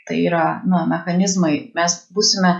tai yra na mechanizmai mes būsime